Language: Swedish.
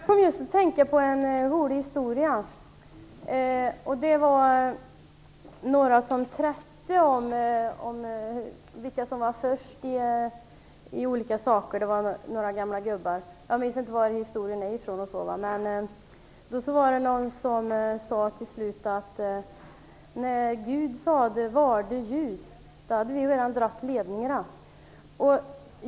Fru talman! Jag kom just att tänka på en rolig historia - jag minns inte varifrån den kommer. Det var några gamla gubbar som trätte om vilka som var först med olika saker. Till slut var det någon som sade: När Gud sade: "Varde ljus", då hade vi redan dragit ledningarna.